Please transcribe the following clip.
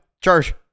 charge